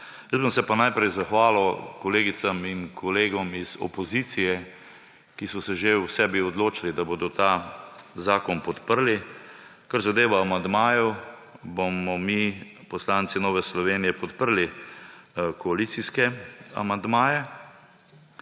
se bom pa najprej zahvalil kolegicam in kolegom iz opozicije, ki so se že v sebi odločili, da bodo ta zakon podprli. Kar zadeva amandmaje, bomo mi, poslanci Nove Slovenije, podprli koalicijske amandmaje.